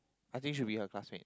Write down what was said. I think should be her classmate